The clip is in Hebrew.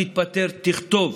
אל תתפטר, תכתוב.